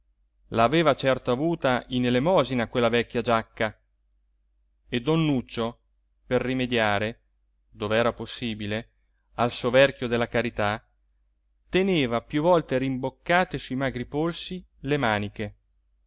aveva certo avuta in elemosina quella vecchia giacca e don nuccio per rimediare dov'era possibile al soverchio della carità teneva più volte rimboccate sui magri polsi le maniche